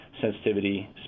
Sensitivity